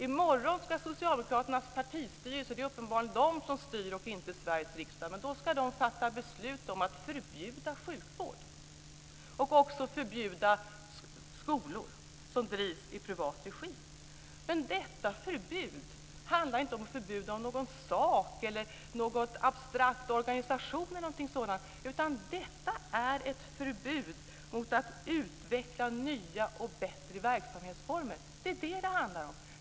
I morgon ska nämligen Socialdemokraternas partistyrelse - det är uppenbarligen de som styr, inte Sveriges riksdag - fatta beslut om att förbjuda sjukvård och också om att förbjuda skolor som drivs i privat regi. Men detta förbud handlar inte om förbud mot någon sak eller någon abstrakt organisation, eller något sådant, utan detta är ett förbud mot att utveckla nya och bättre verksamhetsformer. Det är vad det handlar om.